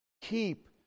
keep